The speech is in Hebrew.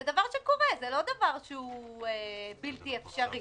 זה דבר שקורה, זה לא דבר שהוא בלתי אפשרי.